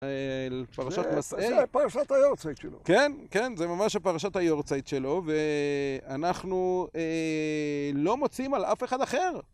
פרשת מסעד? פרשת היורצייד שלו כן, זה ממש הפרשת היורצייד שלו ואנחנו לא מוצאים על אף אחד אחר